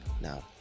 now